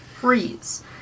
freeze